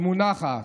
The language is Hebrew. היא מונחת.